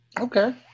Okay